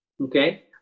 okay